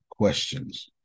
questions